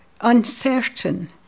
uncertain